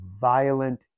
violent